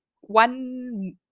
one